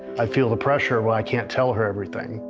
i feel the pressure but i can't tell her everything,